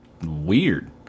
weird